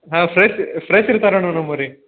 ಹಾಂ fresh fresh ಇರ್ತಾವೆ ರೀ ಮೇಡಮ್